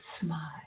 smile